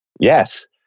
Yes